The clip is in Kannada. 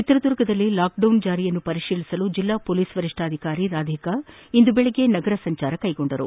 ಚಿತ್ರದುರ್ಗದಲ್ಲಿ ಲಾಕ್ಡೌನ್ ಜಾರಿಯನ್ನು ಪರಿಶೀಲಿಸಲು ಜಿಲ್ಲಾ ಪೊಲೀಸ್ ವರಿಷ್ಠಾಧಿಕಾರಿ ರಾಧಿಕಾ ಇಂದು ಬೆಳಗ್ಗೆ ನಗರ ಸಂಚಾರ ಕೈಗೊಂಡರು